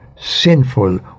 sinful